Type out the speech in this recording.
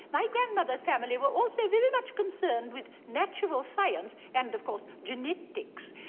my grandmother's family were also very much concerned with natural science and of course genetics.